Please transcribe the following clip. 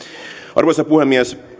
arvoisa puhemies